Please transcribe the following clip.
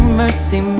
mercy